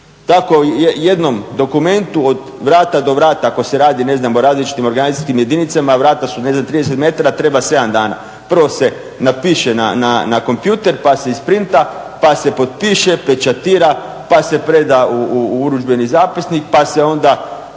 Tako u jednom dokumentu od vrata do vrata ako se radi ne znam o različitim organizacijskim jedinicama, vrata su ne znam 30 m, treba 7 dana. Prvo se napiše na kompjuter pa se isprinta pa se isprinta, pa se potpiše, pečatira, pa se preda u urudžbeni zapisnik pa se onda